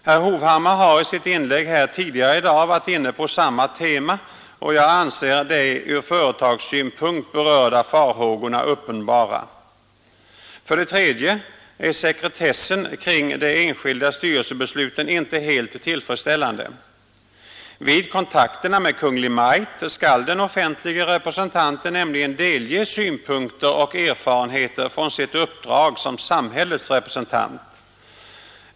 Herr Hovhammar har i sitt inlägg här tidigare i dag varit inne på samma tema, och även jag anser de ur företagssynpunkt berörda farhågorna uppenbara För det tredje är sekretessen kring de enskilda styrelsebesluten inte helt tillfredsställande. Vid kontakterna med Kungl. Maj:t skall den offentlige representanten nämligen delge synpunkter och erfarenheter från sitt uppdrag som samhällets representant.